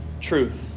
truth